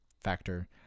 factor